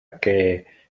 que